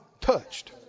Touched